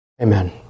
Amen